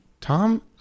Tom